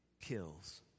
kills